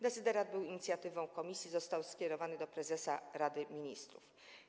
Dezyderat był inicjatywą komisji, został skierowany do prezesa Rady Ministrów.